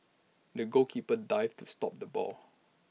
the goalkeeper dived to stop the ball